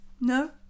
No